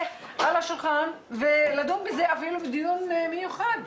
על השולחן ולדון בזה אפילו בדיון מיוחד.